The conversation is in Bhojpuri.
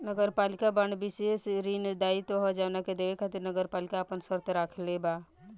नगरपालिका बांड विशेष ऋण दायित्व ह जवना के देवे खातिर नगरपालिका आपन शर्त राखले बा